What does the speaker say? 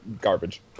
garbage